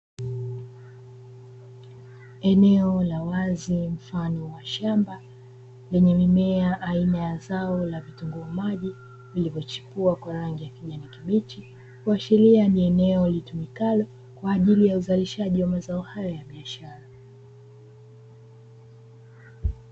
Eneo la wazi mfano wa shamba, lenye mimea aina ya zao la vitunguu maji, vilivochipua kwa rangi ya kijani kibichi, kuashiria ni eneo litumikalo kwa ajili ya uzalishaji wa mazao hayo ya biashara.